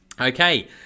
Okay